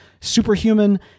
superhuman